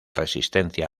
resistencia